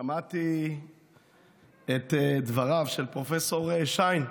שמעתי את דבריו של פרופ' שיין,